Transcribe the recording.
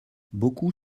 beaucoup